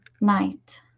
night